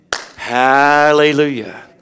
Hallelujah